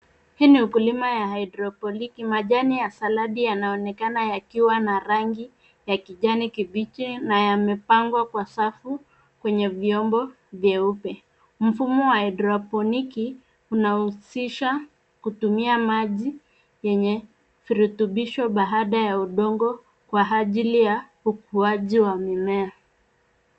Hii ni ukulima ya hydroponiki . Majani ya saladi yanaonekana yakiwa na rangi ya kijani kibichi na yamepangwa kwa safu kwenye vyombo vyeupe. Mfumo wa hydroponiki unahusisha kutumia maji yenye virutubisho baada ya udongo, kwa ajili ya ukuaji wa mimea.